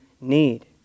need